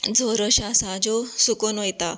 झर अश्यो आसा ज्यो सुकून वयता